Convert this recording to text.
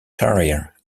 career